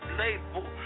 label